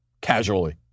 casually